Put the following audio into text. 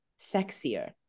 sexier